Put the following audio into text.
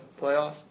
playoffs